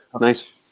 nice